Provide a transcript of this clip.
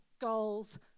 goals